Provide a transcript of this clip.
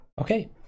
Okay